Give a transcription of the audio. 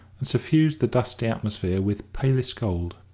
and suffused the dusty atmosphere with palest gold.